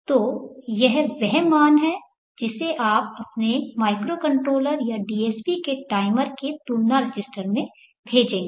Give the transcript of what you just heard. तो यह वह मान है जिसे आप अपने माइक्रोकंट्रोलर या DSP के टाइमर के तुलना रजिस्टर को भेजेंगे